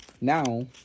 Now